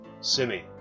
Simi